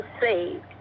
saved